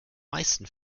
meisten